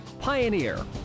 Pioneer